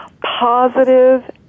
positive